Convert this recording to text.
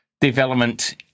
development